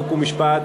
חוק ומשפט,